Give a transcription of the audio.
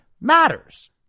matters